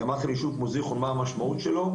אמרתי לכם מה המשמעות ביישוב כמו זכרון,